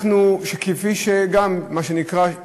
מה שנקרא,